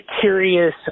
curious